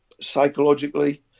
psychologically